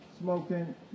smoking